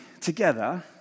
together